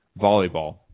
volleyball